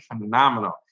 phenomenal